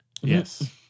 yes